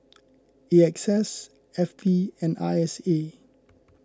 A X S F T and I S A